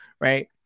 right